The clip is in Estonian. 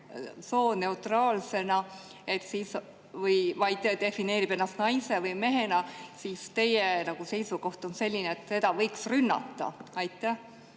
sooneutraalsena, vaid defineerib ennast naise või mehena, siis teie seisukoht on selline, et teda võiks rünnata? Aitäh!